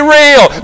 real